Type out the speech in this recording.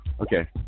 Okay